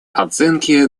оценки